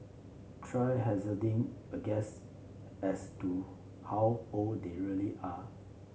try hazarding a guess as to how old they really are